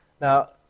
Now